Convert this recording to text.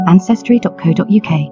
Ancestry.co.uk